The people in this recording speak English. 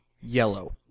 yellow